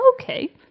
okay